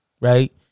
Right